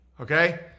okay